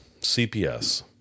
CPS